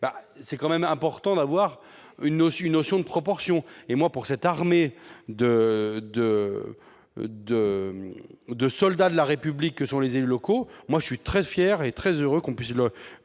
est tout de même important d'avoir la notion des proportions ... Pour cette armée de soldats de la République que sont les élus locaux, je suis très fier et très heureux que l'on conserve